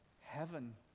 heaven